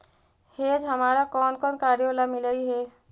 hedge हमारा कौन कौन कार्यों ला मिलई हे